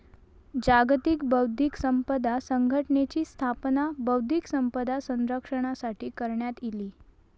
जागतिक बौध्दिक संपदा संघटनेची स्थापना बौध्दिक संपदा संरक्षणासाठी करण्यात इली